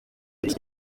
iki